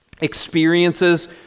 experiences